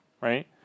right